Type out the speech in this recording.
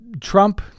Trump